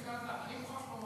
אדוני סגן השר, אני מוכרח לומר